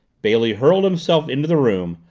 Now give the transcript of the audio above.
bailey hurled himself into the room,